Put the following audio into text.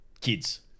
kids